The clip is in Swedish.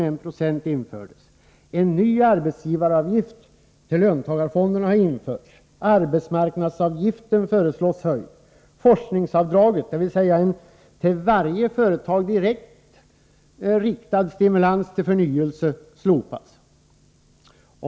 —- En ny arbetsgivaragift till löntagarfonderna har införts.